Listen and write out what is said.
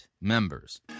members